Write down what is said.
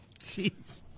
Jeez